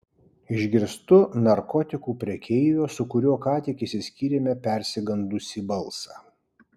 išgirstu narkotikų prekeivio su kuriuo ką tik išsiskyrėme persigandusį balsą